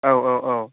औ औ औ